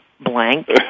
blank